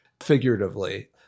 figuratively